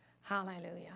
Hallelujah